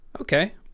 Okay